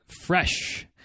fresh